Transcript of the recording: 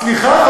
סליחה,